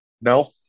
No